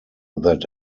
that